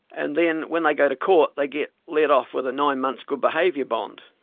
and then when they go to court they get let off with a nine-month good behaviour bond.